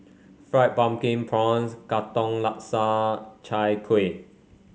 Fried Pumpkin Prawns Katong Laksa Chai Kuih